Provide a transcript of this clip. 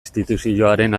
instituzioaren